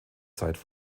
zeit